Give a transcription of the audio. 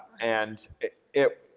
and it,